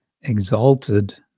exalted